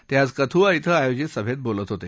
ते आज कथुआ श्वं आयोजित सभेत बोलत होते